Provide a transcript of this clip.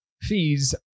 fees